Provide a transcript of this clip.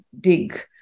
dig